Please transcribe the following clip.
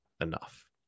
enough